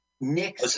Nick